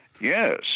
Yes